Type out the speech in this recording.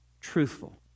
truthful